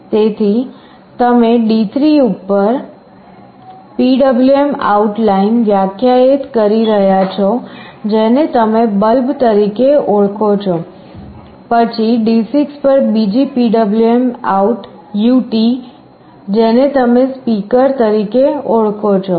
તેથી તમે D3 પર PwmOut લાઇન વ્યાખ્યાયિત કરી રહ્યાં છો જેને તમે બલ્બ તરીકે ઓળખો છો પછી D6 પર બીજી PwmOut ut જેને તમે સ્પીકર તરીકે ઓળખો છો